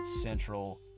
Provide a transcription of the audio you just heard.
Central